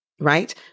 right